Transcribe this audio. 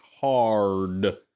hard